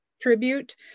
tribute